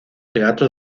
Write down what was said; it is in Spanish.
teatro